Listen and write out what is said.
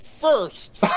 first